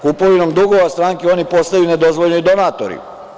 Kupovinom dugova stranke oni postaju nedozvoljeni donatori.